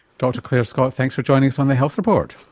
dr clare scott thanks for joining us on the health report.